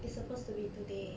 it's supposed to be today